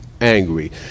angry